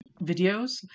videos